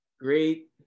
great